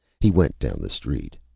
he went down the street.